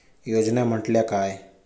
योजना म्हटल्या काय?